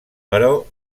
però